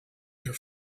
their